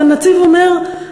והנצי"ב אומר,